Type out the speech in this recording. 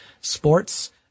sports